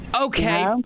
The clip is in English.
Okay